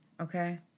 okay